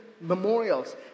memorials